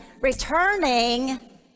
returning